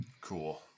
Cool